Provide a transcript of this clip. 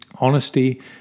Honesty